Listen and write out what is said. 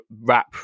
rap